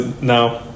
No